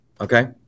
Okay